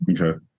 okay